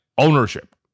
ownership